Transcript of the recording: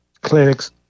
clinics